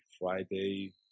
friday